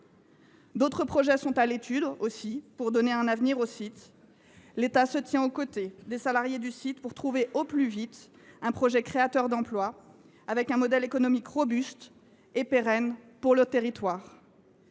d’autres projets encore sont à l’étude pour donner un avenir au site. L’État se tient aux côtés des salariés du site pour trouver, au plus vite, un projet créateur d’emplois, avec un modèle économique robuste et pérenne pour le territoire.